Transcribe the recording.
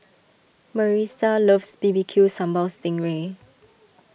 Marisa loves B B Q Sambal Sting Ray